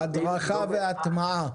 הדרכה והטעמה,